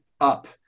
up